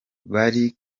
bari